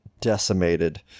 decimated